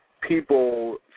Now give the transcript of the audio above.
people